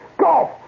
Golf